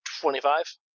twenty-five